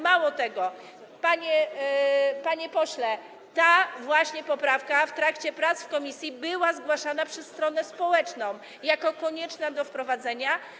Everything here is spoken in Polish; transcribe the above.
Mało tego, panie pośle, ta właśnie poprawka w trakcie prac w komisji była zgłaszana przez stronę społeczną jako konieczna do wprowadzenia.